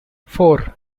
four